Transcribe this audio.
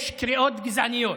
יש קריאות גזעניות,